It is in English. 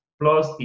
plus